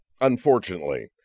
Unfortunately